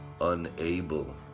unable